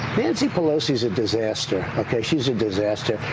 nancy pelosi's a disaster, okay? she's a disaster.